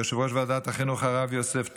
ליושב-ראש ועדת החינוך הרב יוסף טייב,